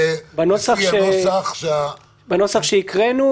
בנוסח שהקראנו,